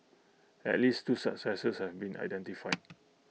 at least two successors have been identified